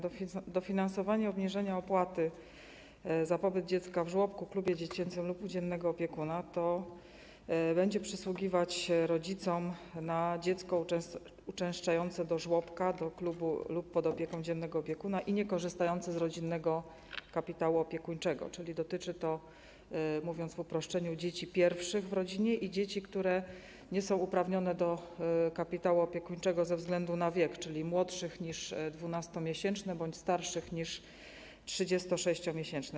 Dofinansowanie obniżenia opłaty za pobyt dziecka w żłobku, klubie dziecięcym lub u dziennego opiekuna będzie przysługiwać rodzicom na dziecko uczęszczające do żłobka, do klubu lub będące pod opieką dziennego opiekuna i niekorzystające z rodzinnego kapitału opiekuńczego, czyli dotyczy to, mówiąc w uproszczeniu, pierwszych dzieci w rodzinie i dzieci, które nie są uprawnione do kapitału opiekuńczego ze względu na wiek, czyli młodszych niż 12-miesięczne bądź starszych niż 36-miesięczne.